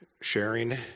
sharing